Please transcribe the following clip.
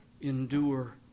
Endure